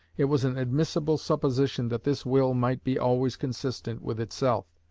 it was an admissible supposition that this will might be always consistent with itself,